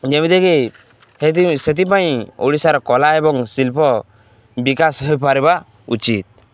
ଯେମିତିକି ସେଥିପାଇଁ ଓଡ଼ିଶାର କଳା ଏବଂ ଶିଳ୍ପ ବିକାଶ ହୋଇପାରିବା ଉଚିତ